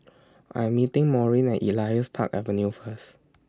I'm meeting Maurine Elias Park Avenue First